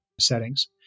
settings